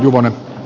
juvonen